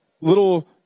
little